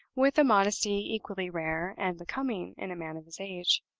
with a modesty equally rare and becoming in a man of his age.